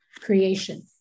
creation